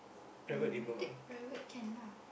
ya you take private can lah